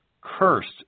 Cursed